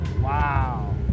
Wow